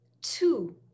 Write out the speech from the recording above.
two